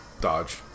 Dodge